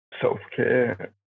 self-care